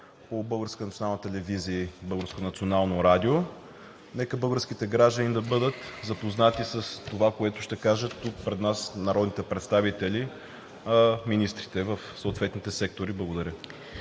радио. Нека българските граждани да бъдат запознати с това, което ще кажат тук пред нас народните представители и министрите в съответните сектори. Благодаря.